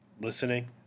listening